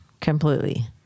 completely